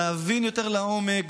להבין יותר לעומק,